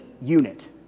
unit